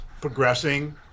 progressing